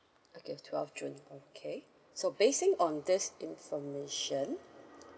okay twelfth june okay so base on this information